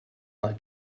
mal